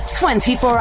24